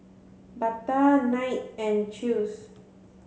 Bata Knight and Chew's